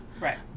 Right